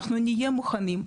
אנחנו נהיה מוכנים,